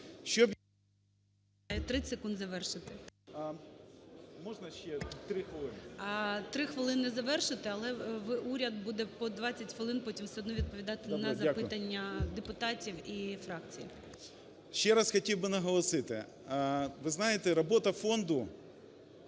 Ще раз хотів би наголосити, ви знаєте, робота фонду